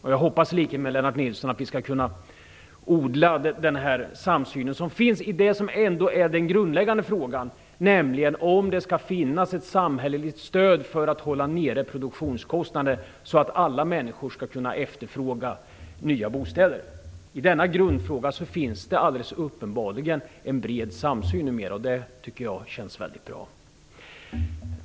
Jag hoppas i likhet med Lennart Nilsson att vi skall kunna odla den här samsynen i denna grundläggande fråga, nämligen om det skall finnas ett samhälleligt stöd för att hålla nere produktionskostnader så att alla människor skall kunna efterfråga nya bostäder. I denna grundfråga finns det alldeles uppenbarligen numera en bred samsyn. Det tycker jag känns väldigt bra.